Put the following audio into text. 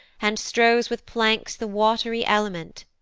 and strows with planks the wat'ry element.